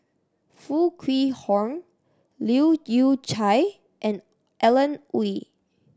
Foo Kwee Horng Leu Yew Chye and Alan Oei